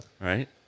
Right